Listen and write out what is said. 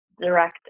direct